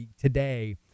today